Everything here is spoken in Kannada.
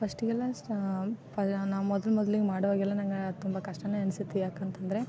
ಫಸ್ಟಿಗೆಲ್ಲ ಸ ಫ ನಾವು ಮೊದಲು ಮೊದಲು ಮಾಡುವಾಗೆಲ್ಲ ನಂಗೆ ತುಂಬ ಕಷ್ಟವೇ ಅನ್ನಿಸಿತ್ತು ಯಾಕಂತ ಅಂದ್ರೆ